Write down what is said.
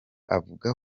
avuga